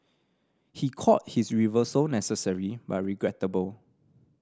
he called his reversal necessary but regrettable